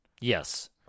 Yes